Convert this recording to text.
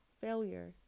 failure